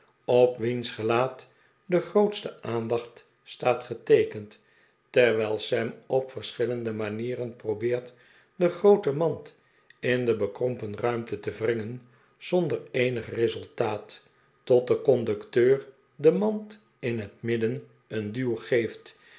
op wiens gelaat de grootste aandacht staat geteekend terwijl sam op verschillende manieren probeert de groote mand in de bekrompen ruimte te wringen zonder eenig resultaat tot de conducteur de mand in het midden een duw geeft